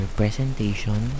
presentation